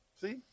See